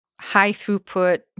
high-throughput